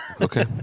Okay